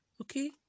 okay